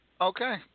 okay